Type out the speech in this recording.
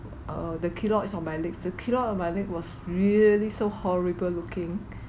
err the keloids on my legs the keloid my leg was really so horrible-looking